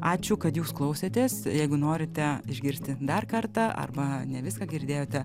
ačiū kad jūs klausėtės jeigu norite išgirsti dar kartą arba ne viską girdėjote